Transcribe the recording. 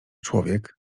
człowiek